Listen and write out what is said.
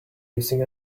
using